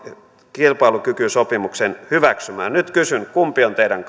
kilpailukykysopimuksen hyväksymään nyt kysyn kumpi on teidän